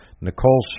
Nicole